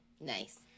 Nice